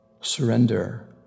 Surrender